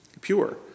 pure